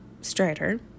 Strider